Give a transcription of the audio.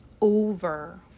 over